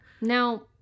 Now